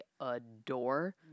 adore